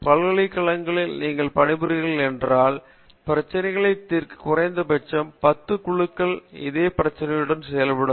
பல்கலைக்களங்களில் நீங்கள் பணிபுரிகிறீர்கள் என்றால் பிரச்சினைகளைத் தீர்க்க குறைந்த பட்சம் 10 குழுக்களும் இதே பிரச்சனையுடன் செயல்படும்